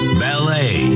ballet